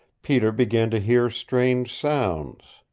peter began to hear strange sounds.